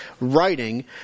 writing